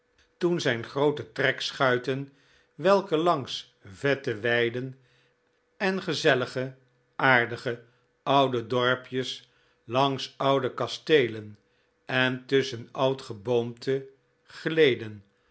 toen zijn groote trekschuiten welke langs vette weiden en gezellige aardige oude dorpjes langs oude kasteelen en tusschen oud geboomte gleden